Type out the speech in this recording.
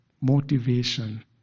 motivation